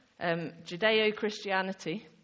Judeo-Christianity